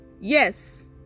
Yes